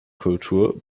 kultur